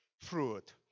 fruit